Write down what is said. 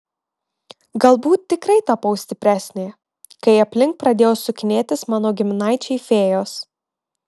galbūt tikrai tapau stipresnė kai aplink pradėjo sukinėtis mano giminaičiai fėjos